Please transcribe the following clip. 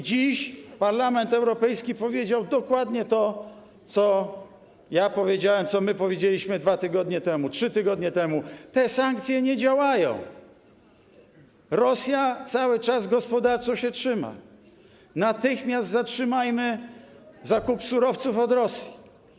Dziś Parlament Europejski powiedział dokładnie to, co ja powiedziałem, co my powiedzieliśmy 2 tygodnie temu, 3 tygodnie temu: te sankcje nie działają, Rosja cały czas gospodarczo się trzyma, natychmiast zatrzymajmy zakup surowców od Rosji.